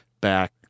back